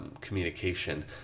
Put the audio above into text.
communication